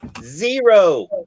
Zero